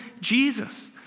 Jesus